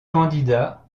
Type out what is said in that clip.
candidat